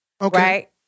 right